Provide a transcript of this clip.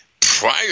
prior